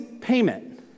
payment